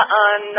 on